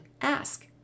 ask